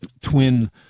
twin